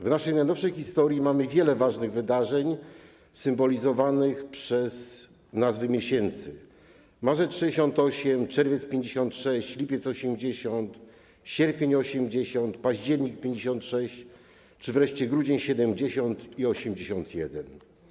W naszej najnowszej historii mamy wiele ważnych wydarzeń symbolizowanych przez nazwy miesięcy: Marzec ’68, Czerwiec ’56, Lipiec ’80, Sierpień ’80, Październik ’56 czy wreszcie Grudzień ’71 i Grudzień ’81.